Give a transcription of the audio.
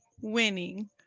Winning